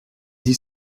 dit